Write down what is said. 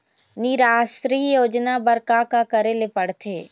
निराश्री योजना बर का का करे ले पड़ते?